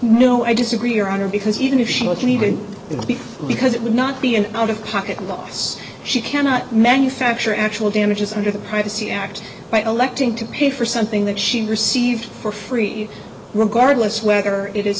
no i disagree your honor because even if she can even be because it would not be an out of pocket loss she cannot manufacture actual damages under the privacy act by electing to pay for something that she received for free regardless whether it is